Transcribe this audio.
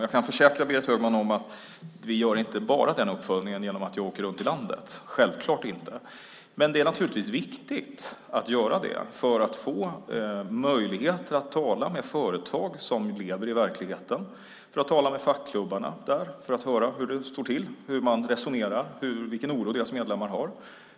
Jag kan försäkra Berit Högman om att vi inte bara gör den uppföljningen genom att jag åker runt i landet, men det är naturligtvis viktigt att göra det för att få möjligheter att tala med företagare som lever i verkligheten och för att tala med fackklubbarna och höra hur det står till, hur man resonerar och vilken oro deras medlemmar har.